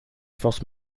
forces